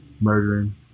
murdering